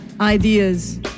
ideas